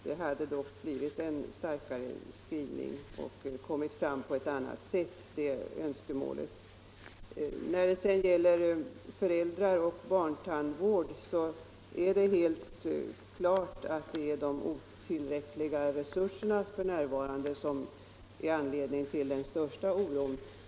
Då hade det ju blivit en starkare skrivning från riksdagens sida, och detta berättigade önskemål hade då kommit fram på ett annat och bättre sätt. Vad sedan gäller tandvården för barn är det helt klart att det är de f.n. otillräckliga resurserna som inger den största oron.